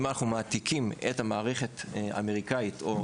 אם אנחנו מעתיקים את המערכת האמריקנית אז